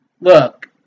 look